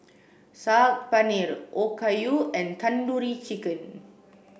Saag Paneer Okayu and Tandoori Chicken